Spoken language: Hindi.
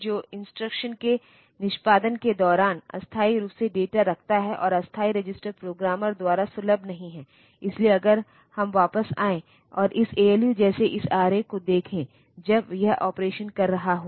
तो जब आप इंस्ट्रक्शन ADD B निष्पादित करते हैं तो यह क्या करेगा यह रजिस्टर A की सामग्री के साथ रजिस्टर B की सामग्री को जोड़ देगा और मूल्य रजिस्टर A में संग्रहीत किया जाएगा इसलिए अंतिम मूल्य इसे रखा जाएगा केवल A या एक्युमिलेटर में